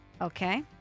Okay